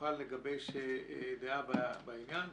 אוכל לגבש דעה בעניין.